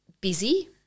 busy